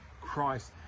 Christ